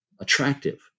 attractive